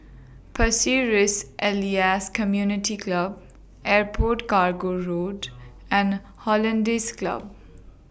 Pasir Ris Elias Community Club Airport Cargo Road and Hollandse Club